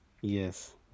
Yes